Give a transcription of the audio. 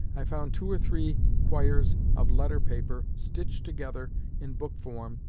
i found two or three quires of letter-paper stitched together in book form,